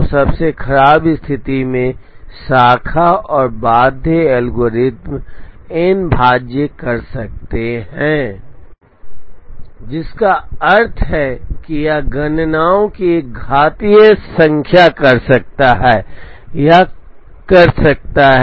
तो सबसे खराब स्थिति में शाखा और बाध्य एल्गोरिथ्म n भाज्य कर सकते हैं जिसका अर्थ है कि यह गणनाओं की एक घातीय संख्या कर सकता है या कर सकता है